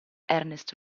ernest